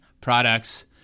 products